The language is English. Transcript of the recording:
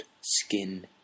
skin